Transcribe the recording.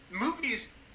Movies